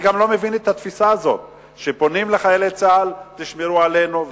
אני גם לא מבין את התפיסה הזו שפונים לחיילי צה"ל: תשמרו עלינו,